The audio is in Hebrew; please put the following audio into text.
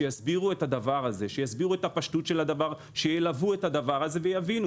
שיסבירו את הפשטות של הדבר, שילוו אותו ויבהירו.